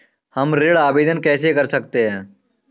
हम ऋण आवेदन कैसे कर सकते हैं?